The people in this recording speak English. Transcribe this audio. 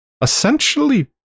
Essentially